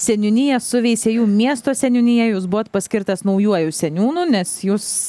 seniūniją su veisiejų miesto seniūnija jūs buvot paskirtas naujuoju seniūnu nes jus